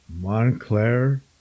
Montclair